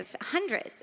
hundreds